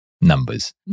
numbers